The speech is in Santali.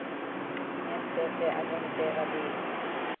ᱧᱮᱞᱛᱮ ᱥᱮ ᱟᱸᱡᱚᱢᱛᱮ ᱟᱹᱰᱤ